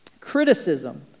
Criticism